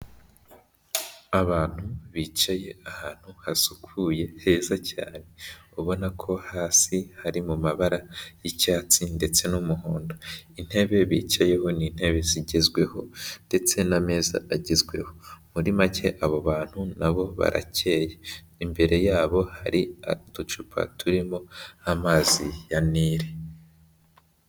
Abantu bicaye ahantu hasukuye heza cyane ubona ko hasi hari mu mabara y'icyatsi ndetse n'umuhondo intebe bicayeho ni intebe zigezweho ndetse n'amezaza agezweho muri make abo bantu nabo barakeye imbere yabo hari uducupa turimo amazi ya nili.